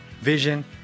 vision